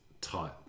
tight